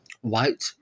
white